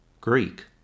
greek